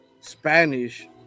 Spanish